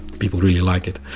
people really like it.